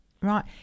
Right